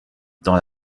dans